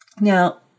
Now